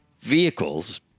vehicles